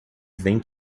vem